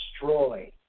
destroy